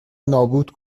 نابود